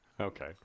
Okay